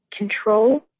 control